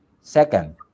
Second